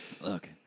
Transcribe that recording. Look